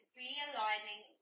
realigning